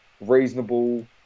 reasonable